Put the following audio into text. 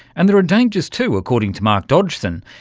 and there are dangers too, according to mark dodgson,